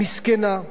מסכנה.